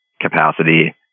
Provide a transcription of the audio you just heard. capacity